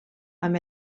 amb